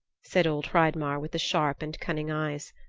said old hreidmar with the sharp and cunning eyes.